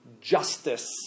justice